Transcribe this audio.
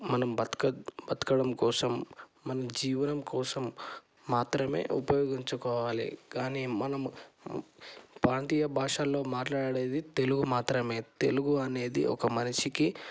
మనం బ్రతకడం బ్రతకడం కోసం మన జీవనం కోసం మాత్రమే ఉపయోగించుకోవాలి కానీ మనం ప్రాంతీయ భాషాల్లో మాట్లాడేది తెలుగు మాత్రమే తెలుగు అనేది ఒక మనిషికి